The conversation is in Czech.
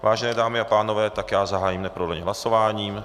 Vážené dámy a pánové, tak já zahájím neprodleně hlasování.